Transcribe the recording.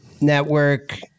network